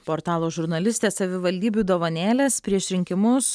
portalo žurnalistė savivaldybių dovanėlės prieš rinkimus